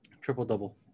Triple-double